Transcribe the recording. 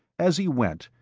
as he went,